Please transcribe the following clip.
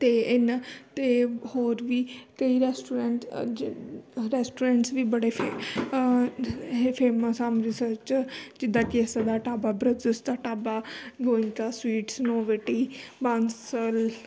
ਅਤੇ ਇਹਨਾਂ ਅਤੇ ਹੋਰ ਵੀ ਕਈ ਰੈਸਟੋਰੈਂਟ ਆ ਜੇ ਰੈਸਟੋਰੈਂਟਸ ਵੀ ਬੜੇ ਫੇ ਇਹ ਫੇਮਸ ਆ ਅੰਮ੍ਰਿਤਸਰ 'ਚ ਜਿੱਦਾਂ ਕਿ ਸਦਾ ਢਾਬਾ ਬ੍ਰਦਰਸ ਦਾ ਢਾਬਾ ਗੋਇੰਕਾ ਸਵੀਟਸ ਨੂੰ ਵਟੀ ਬਾਂਸਲ